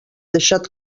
deixat